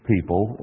people